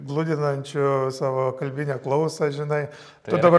gludinančio savo kalbinę klausą žinai tu dabar